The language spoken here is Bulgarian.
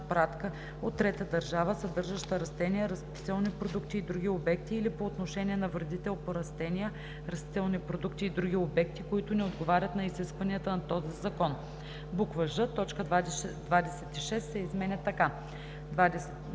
пратка от трета държава, съдържаща растения, растителни продукти и други обекти, или по отношение на вредител по растения, растителни продукти и други обекти, които не отговарят на изискванията по този закон.“; ж) точка 26 се изменя така: „26.